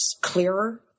clearer